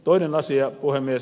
toinen asia puhemies